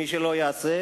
ומי שלא יעשה,